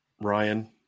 Ryan